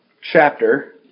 chapter